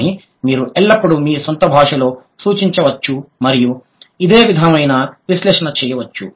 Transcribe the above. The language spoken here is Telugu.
కానీ మీరు ఎల్లప్పుడూ మీ స్వంత భాషలో సూచించవచ్చు మరియు ఇదే విధమైన విశ్లేషణ చేయవచ్చు